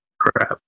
crap